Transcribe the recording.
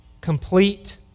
complete